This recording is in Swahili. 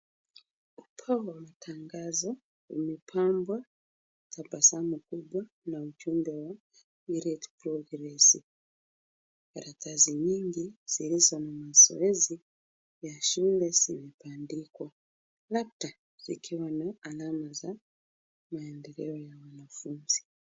Ubao wa matangazo umepangwa tabasamu kubwa na ujumbe wa great progress . Karatasi nyingi zilizo na mazoezi ya shule zimebandikwa, labda zikiwa na alama ya maendeleo ya wanafunzi.